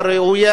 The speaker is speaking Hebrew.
נכונה,